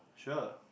sure